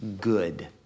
good